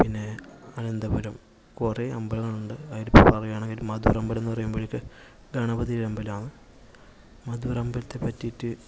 മധുര് പിന്നെ അനന്തപുരം കുറെ അമ്പലങ്ങൾ ഉണ്ട് അതില് പറയുകയാണെങ്കിൽ മധുര് അമ്പലം എന്ന് പറയുമ്പോളേക്കും ഗണപതിയുടെ അമ്പലം ആണ് മധുര് അമ്പലത്തെ പറ്റിയിട്ട്